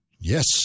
Yes